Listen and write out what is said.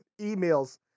emails